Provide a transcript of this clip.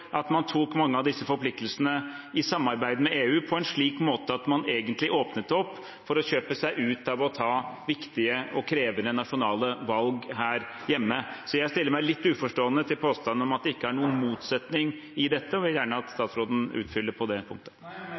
at man tok mange av disse forpliktelsene i samarbeid med EU på en slik måte at man egentlig åpnet opp for å kjøpe seg ut av å ta viktige og krevende nasjonale valg her hjemme? Så jeg stiller meg litt uforstående til påstanden om at det ikke er noen motsetning i dette, og vil gjerne at statsråden utfyller på det punktet.